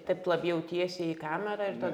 taip labiau tiesiai į kamerą ir tada